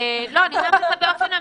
ואני אומרת את זה באופן אמיתי.